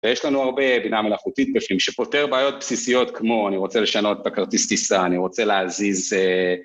ויש לנו הרבה בינה מלאכותית בפנים שפותר בעיות בסיסיות כמו אני רוצה לשנות את הכרטיס טיסה, אני רוצה להזיז...